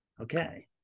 Okay